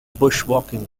bushwalking